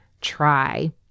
try